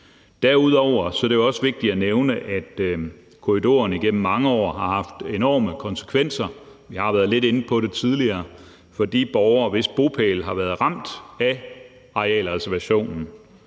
Derudover er det også vigtigt at nævne, at korridoren igennem mange år har haft enorme konsekvenser. Jeg har været lidt inde på det tidligere, for for de borgere, hvis bopæl har været ramt af arealreservationen,